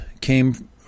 came